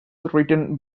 written